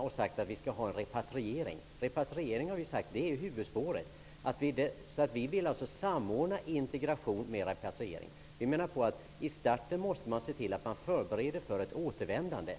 har sagt att det skall ske en repatriering. Repatriering är huvudspåret. Vi vill alltså samordna integration med repatriering. Vi menar att man från början måste se till så att flyktingarna förbereds på ett återvändande.